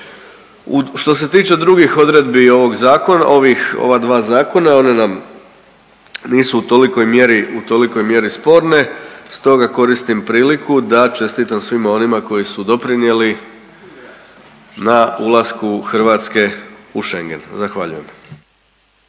Što se tiče drugih odredbi ovog zakona, ovih, ova dva zakona, one nam nisu u tolikoj mjeri, u tolikoj mjeri sporne stoga koristim priliku da čestitam svima onima koji su doprinijeli na ulasku Hrvatske u Schengen. Zahvaljujem.